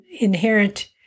inherent